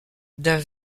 d’un